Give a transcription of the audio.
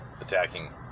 attacking